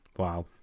Wow